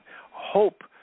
Hope